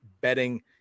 betting